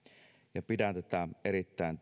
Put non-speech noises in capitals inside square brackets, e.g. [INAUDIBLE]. ja pidän tätä erittäin [UNINTELLIGIBLE]